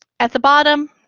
at the bottom,